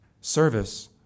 service